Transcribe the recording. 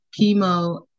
chemo